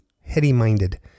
heady-minded